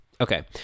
Okay